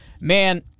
Man